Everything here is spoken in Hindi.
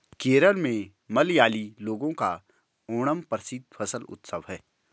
केरल में मलयाली लोगों का ओणम प्रसिद्ध फसल उत्सव है